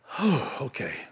okay